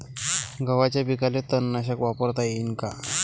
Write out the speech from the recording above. गव्हाच्या पिकाले तननाशक वापरता येईन का?